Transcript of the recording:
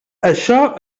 això